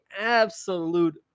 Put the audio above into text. absolute